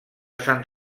sant